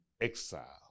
Exile